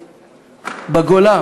בגולה,